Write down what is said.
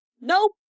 Nope